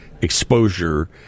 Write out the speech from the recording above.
exposure